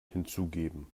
hinzugeben